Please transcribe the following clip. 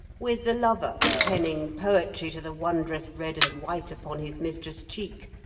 with the lover, penning poetry to the wondrous red and white upon his mistress' cheek,